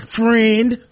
friend